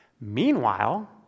Meanwhile